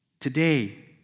Today